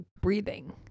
breathing